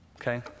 Okay